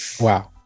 Wow